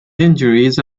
injuries